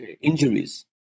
injuries